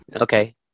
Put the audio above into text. Okay